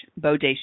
bodacious